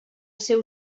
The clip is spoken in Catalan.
seu